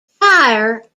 fire